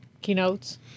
keynotes